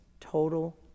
total